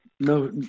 No